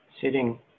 sitting